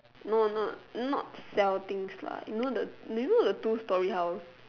no not not sell things lah not the you know the do you know the two storey house